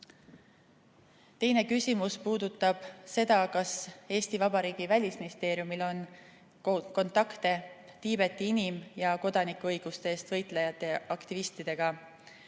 küsimus puudutab seda, kas Eesti Vabariigi Välisministeeriumil on kontakte Tiibeti inim- ja kodanikuõiguste eest võitlejate ja aktivistidega.